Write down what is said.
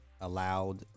allowed